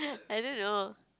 I don't know